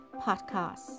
podcast